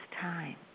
time